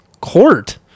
Court